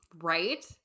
right